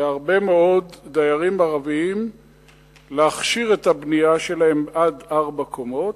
להרבה מאוד דיירים ערבים להכשיר את הבנייה שלהם עד ארבע קומות,